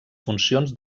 funcions